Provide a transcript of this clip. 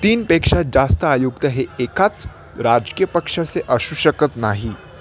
तीनपेक्षा जास्त आयुक्त हे एकाच राजकीय पक्षाचे असू शकत नाही